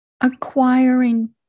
acquiring